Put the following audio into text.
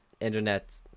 internet